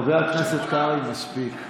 חבר הכנסת קרעי, מספיק.